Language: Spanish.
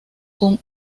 con